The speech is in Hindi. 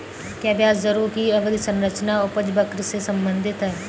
क्या ब्याज दरों की अवधि संरचना उपज वक्र से संबंधित है?